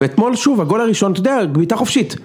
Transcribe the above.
ואתמול שוב הגול הראשון, אתה יודע, בעיטה חופשית.